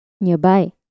nearby